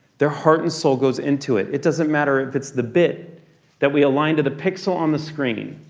their heart and soul goes into it. it doesn't matter if it's the bit that we align to the pixel on the screen.